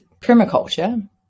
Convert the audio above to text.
permaculture